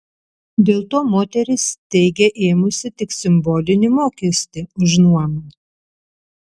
dėl to moteris teigia ėmusi tik simbolinį mokestį už nuomą